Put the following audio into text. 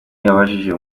yabajije